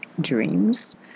dreams